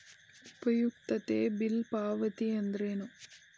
ಉಪಯುಕ್ತತೆ ಬಿಲ್ ಪಾವತಿ ಅಂದ್ರೇನು?